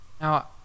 Now